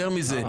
אז